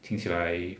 听起来